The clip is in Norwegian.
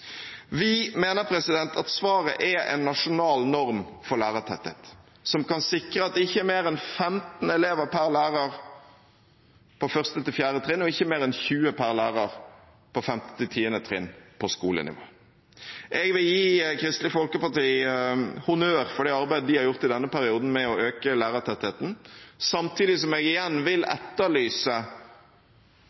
Vi mener at svaret er en nasjonal norm for lærertetthet som kan sikre at det ikke er mer enn 15 elever per lærer på 1.–4. trinn og ikke mer enn 20 per lærer på 5.–10. trinn på skolenivå. Jeg vil gi Kristelig Folkeparti honnør for det arbeidet de har gjort i denne perioden med å øke lærertettheten, samtidig som jeg igjen vil etterlyse